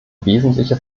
wesentliche